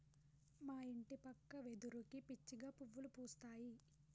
మా ఇంటి పక్క వెదురుకి పిచ్చిగా పువ్వులు పూస్తాయి